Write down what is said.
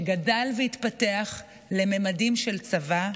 שגדל והתפתח לממדים של צבא,